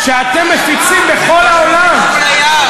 הם יחזירו לך את הפרלמנט,